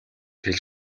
хэлж